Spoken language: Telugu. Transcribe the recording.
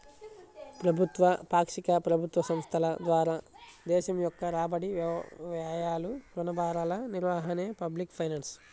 ప్రభుత్వ, పాక్షిక ప్రభుత్వ సంస్థల ద్వారా దేశం యొక్క రాబడి, వ్యయాలు, రుణ భారాల నిర్వహణే పబ్లిక్ ఫైనాన్స్